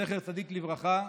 זכר צדיק לברכה,